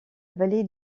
vallée